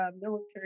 military